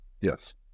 yes